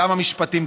גם המשפטים,